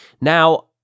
Now